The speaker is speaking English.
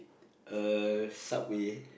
uh subway